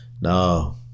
no